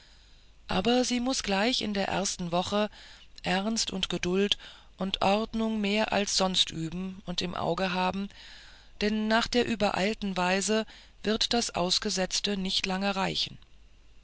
aber sie muß gleich in der ersten woche ernst und geduld und ordnung mehr als sonst üben und im auge haben denn nach der übereilten weise wird das ausgesetzte nicht lange reichen